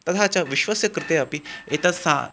तथा च विश्वस्य कृते अपि एतद् सा